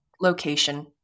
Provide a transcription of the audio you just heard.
location